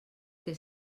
que